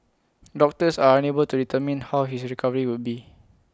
doctors are unable to determine how his recovery would be